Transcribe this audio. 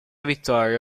vittoria